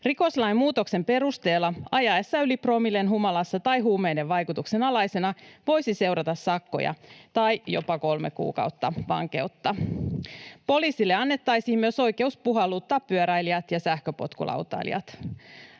Rikoslain muutoksen perusteella ajamisesta yli promillen humalassa tai huumeiden vaikutuksen alaisena voisi seurata sakkoja tai jopa kolme kuukautta vankeutta. Poliisille annettaisiin myös oikeus puhalluttaa pyöräilijät ja sähköpotkulautailijat.